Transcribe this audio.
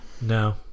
No